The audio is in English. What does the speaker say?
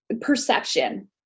perception